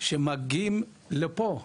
שמגיעים לפה ושואלים,